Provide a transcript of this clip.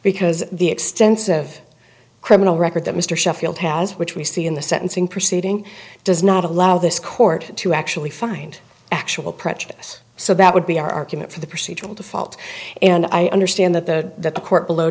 because the extensive criminal record that mr sheffield has which we see in the sentencing proceeding does not allow this court to actually find actual prejudice so that would be our argument for the procedural default and i understand that the court below